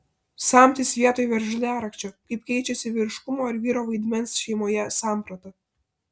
samtis vietoj veržliarakčio kaip keičiasi vyriškumo ir vyro vaidmens šeimoje samprata